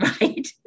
Right